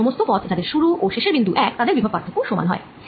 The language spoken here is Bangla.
সমস্ত পথ যাদের শুরুর ও শেষের বিন্দু এক তাদের বিভব পার্থক্য সমান হয়